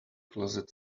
closet